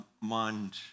mind